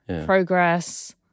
progress